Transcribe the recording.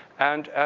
and